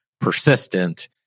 persistent